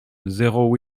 zéro